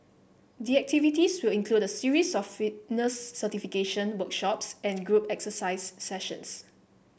the activities will include a series of fitness certification workshops and group exercise sessions